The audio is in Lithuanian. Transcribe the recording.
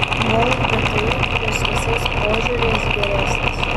golf gti kuris visais požiūriais geresnis